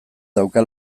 dauzka